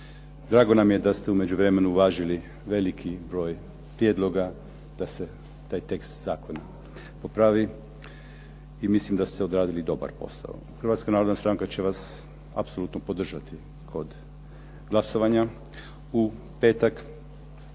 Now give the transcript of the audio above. Drago nam je da ste u međuvremenu uvažili veliki broj prijedloga da se taj tekst zakona popravi i mislim da ste odradili dobar posao. Hrvatska narodna stranka će vas apsolutno podržati kod glasovanja u petak,